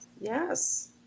Yes